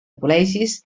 col·legis